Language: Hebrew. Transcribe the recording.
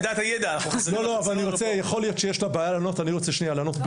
יכול להיות שיש לה בעיה לענות, ברשותך.